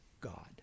God